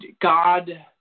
God